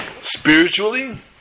Spiritually